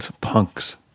Punks